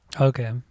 Okay